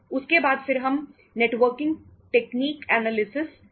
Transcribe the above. उसके बाद फिर हम नेटवर्किंग टेक्निक एनालिसिस करते हैं